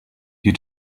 you